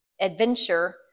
adventure